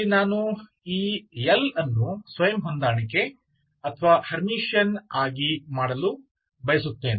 ಅಲ್ಲಿ ನಾನು ಈ L ಅನ್ನು ಸ್ವಯಂ ಹೊಂದಾಣಿಕೆ ಅಥವಾ ಹರ್ಮಿಟಿಯನ್ ಆಗಿ ಮಾಡಲು ಬಯಸುತ್ತೇನೆ